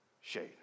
shade